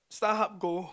Starhub Go